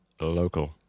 local